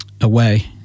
away